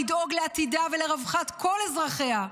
לדאוג לעתידה ולרווחת כל אזרחיה,